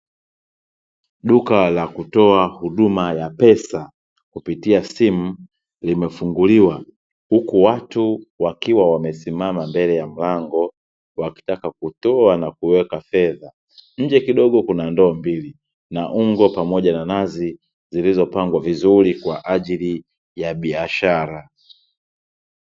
Duka la kutoa huduma ya pesa kupitia simu limefunguliwa, huku watu wakiwa wamesimama mbele ya mlango, wakitaka kutoa na kuweka fedha. Nje kidogo kuna ndoo mbili, na ungo pamoja na nazi zilizopangwa vizuri kwa ajili ya biashara.